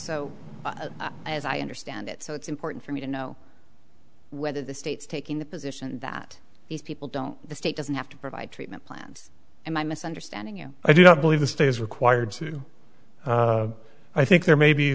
so as i understand it so it's important for me to know whether the states taking the position that these people don't the state doesn't have to provide treatment plans am i misunderstanding you i do not believe the state is required to i think there may be